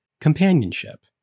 Companionship